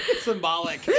Symbolic